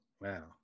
wow